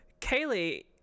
Kaylee